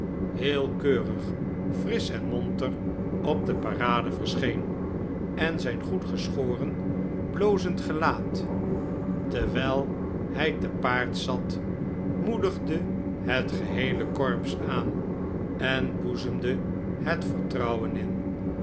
heel keurig frisch en monter op de parade verscheen en zijn goed geschoren blozend gelaat terwijl hij te paard zat moedigde het geheele corps aan en boezemde het vertrouwen in